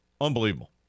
Unbelievable